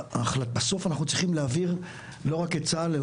בסוף אנחנו צריכים להעביר לא רק את צה"ל,